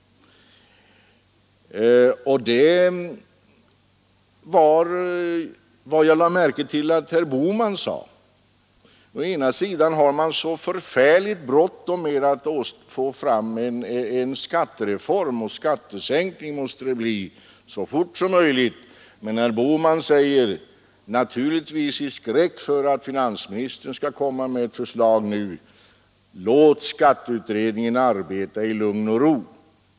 Det var vad jag lade märke till i herr Bohmans anförande. Å ena sidan har man förfärligt bråttom med att få fram en skattereform, för en skattesänkning måste det bli så fort som möjligt, å andra sidan säger herr Bohman, naturligtvis i skräck för att finansministern skall komma med ett förslag nu: Låt skatteutredningen arbeta i lugn och ro!